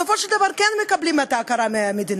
בסופו של דבר כן מקבלים את ההכרה מהמדינה,